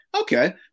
okay